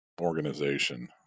organization